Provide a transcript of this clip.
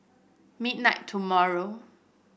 midnight tomorrow